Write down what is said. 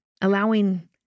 allowing